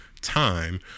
time